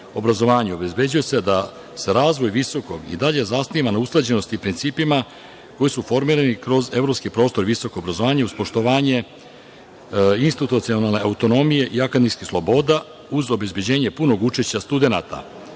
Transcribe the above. obrazovanju obezbeđuje se da se razvoj visokog i dalje zasniva na usklađenosti i principima koji su formirani kroz evropski prostor i visoko obrazovanje, uz poštovanje institucionalne autonomije i akademskih sloboda uz obezbeđenje punog učešća studenata,